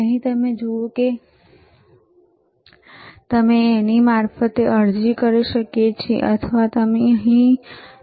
અહીં તમે જુઓ અમે અહીં મારફતે અરજી કરી શકીએ છીએ અથવા અમે અહીં દ્વારા અરજી કરી શકીએ છીએ